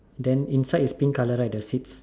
then inside is pink color right the Switch